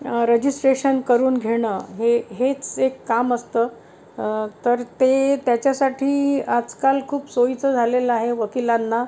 registration करून घेणं हे हेच एक काम असतं तर ते त्याच्यासाठी आजकाल खूप सोयीचं झालेलं आहे वकिलांना